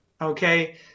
Okay